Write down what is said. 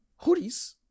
hoodies